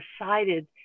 decided